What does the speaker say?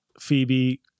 Phoebe